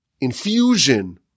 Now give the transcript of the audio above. infusion